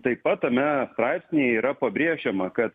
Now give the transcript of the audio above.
taip pat tame straipsnyje yra pabrėžiama kad